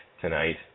tonight